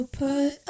put